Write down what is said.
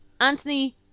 Anthony